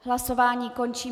Hlasování končím.